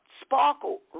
Sparkle